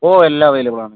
ഓ എല്ലാം അവൈലബിൾ ആണ്